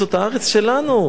האדמה של אלוהים.